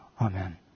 Amen